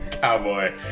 cowboy